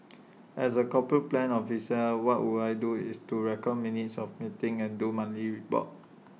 as A corporate plans officer what would I do is to record minutes of meetings and do monthly reports